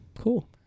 Cool